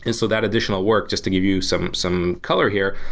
and so that additional work, just to give you some some color here,